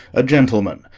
a gentleman,